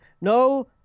no